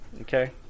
Okay